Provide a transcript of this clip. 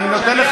אני נותן לך,